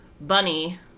bunny